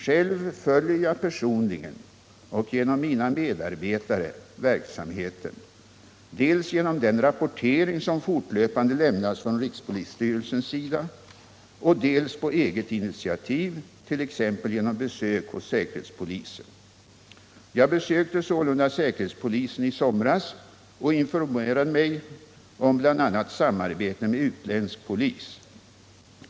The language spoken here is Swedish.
Själv följer jag personligen och genom mina medarbetare verksamheten dels genom den rapportering som fortlöpande lämnas från rikspolisstyrelsens sida, dels på eget initiativ, t.ex. genom besök hos säkerhetspolisen. Jag besökte sålunda säkerhetspolisen i somras och informerade mig om bl.a. samarbetet med utländsk polis.